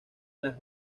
las